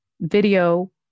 video